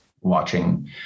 watching